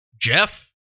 Jeff